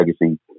legacy